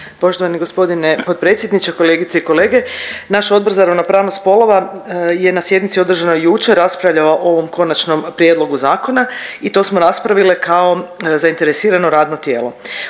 Poštovani gospodine potpredsjedniče, kolegice i kolege. Naš Odbor za ravnopravnost spolova je na sjednici održanoj jučer raspravljao o ovom konačnom prijedlogu zakona i to smo raspravile kao zainteresirano radno tijelo.